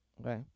Okay